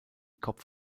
kopf